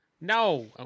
No